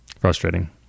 Frustrating